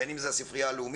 בין אם זו הספרייה הלאומית,